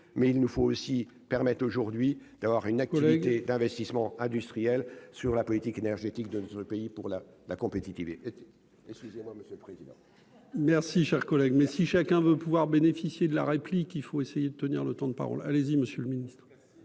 mais il nous faut aussi permettent aujourd'hui d'avoir une activité d'investissements industriel sur la politique énergétique de notre pays pour la la compétitivité, excusez-moi, monsieur le président. Merci, cher collègue, mais si chacun veut pouvoir bénéficier de la réplique, il faut essayer de tenir le temps de parole allez-y monsieur le ministre.